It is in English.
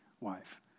wife